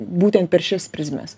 būtent per šias prizmes